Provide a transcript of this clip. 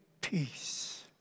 peace